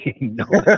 no